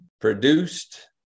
produced